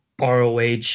ROH